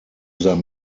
sein